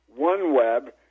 OneWeb